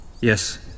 Yes